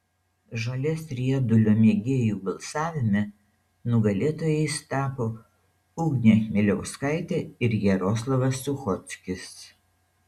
žolės riedulio mėgėjų balsavime nugalėtojais tapo ugnė chmeliauskaitė ir jaroslavas suchockis